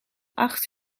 acht